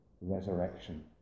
resurrection